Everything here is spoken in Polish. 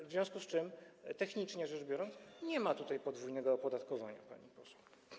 W związku z tym, technicznie rzecz biorąc, nie ma tutaj podwójnego opodatkowania, pani poseł.